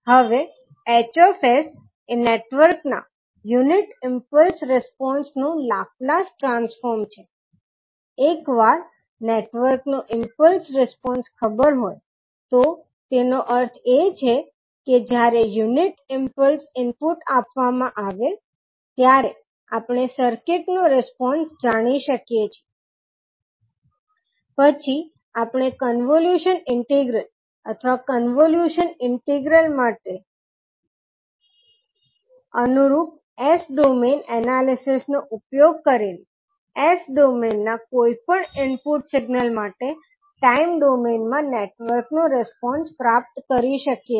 હવે 𝐻𝑠 એ નેટવર્કના યુનિટ ઇમ્પલ્સ રિસ્પોંસનું લાપ્લાસ ટ્રાન્સફોર્મ છે એકવાર નેટવર્ક નો ઇમ્પલ્સ રિસ્પોન્સ ખબર હોય તો તેનો અર્થ એ છે કે જ્યારે યુનિટ ઇમ્પલ્સ ઇનપુટ આપવામાં આવે ત્યારે આપણે સર્કિટનો રિસ્પોન્સ જાણી શકીએ છીએ પછી આપણે કન્વોલ્યુશન ઇન્ટિગ્રલ અથવા કોન્વોલ્યુશન ઇન્ટિગ્રલ માટે અનુરૂપ S ડોમેઇન એનાલિસિસ નો ઉપયોગ કરીને S ડોમેઇનના કોઈપણ ઇનપુટ સિગ્નલ માટે ટાઇમ ડોમેઇનમાં નેટવર્કનો રિસ્પોન્સ પ્રાપ્ત કરી શકીએ છીએ